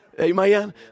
Amen